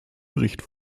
bericht